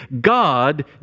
God